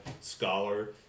scholar